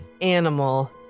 animal